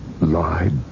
lied